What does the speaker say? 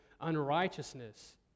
unrighteousness